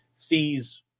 sees